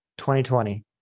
2020